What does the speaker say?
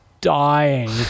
dying